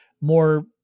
more